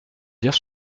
dire